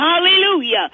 hallelujah